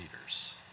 leaders